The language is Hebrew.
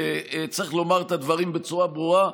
צריך לומר את הדברים בצורה ברורה.